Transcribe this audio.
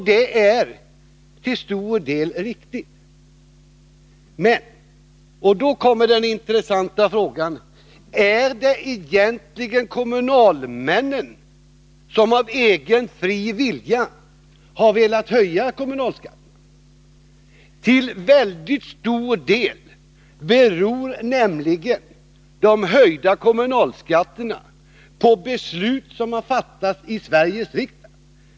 Detta är i stort sett riktigt, men då kommer den intressanta frågan: Är det egentligen kommunalmännen som av egen, fri vilja har höjt kommunalskatten? Till väldigt stor del beror nämligen de höjda kommunalskatterna på beslut som har fattats i Sveriges riksdag.